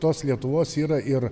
tos lietuvos yra ir